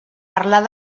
parlar